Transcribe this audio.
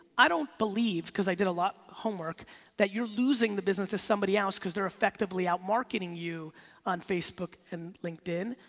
i don't believe, cause i did a lot of homework that you're losing the business to somebody else because they're effectively out marketing you on facebook and linkedin,